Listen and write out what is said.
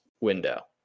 window